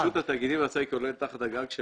רשות התאגידים למעשה תחת הגג של